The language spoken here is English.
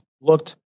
looked